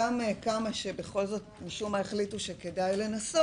אותם אלה שבכל זאת משום מה החליטו שכדאי לנסות,